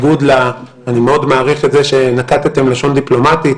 אני מאוד מעריך את זה שנקטתם לשון דיפלומטית,